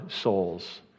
souls